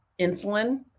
insulin